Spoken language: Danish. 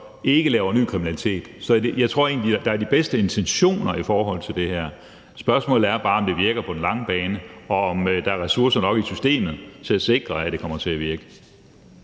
ikke laver ny kriminalitet. Jeg tror egentlig, at der er de bedste intentioner i forhold til det her, men spørgsmålet er bare, om det virker på den lange bane, og om der er ressourcer nok i systemet til at sikre, at det kommer til at virke.